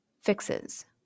fixes